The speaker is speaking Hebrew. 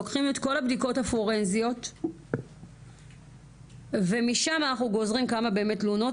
לוקחים את כל הבדיקות הפורנזיות ומשם אנחנו גוזרים כמה באמת תלונות